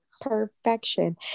Perfection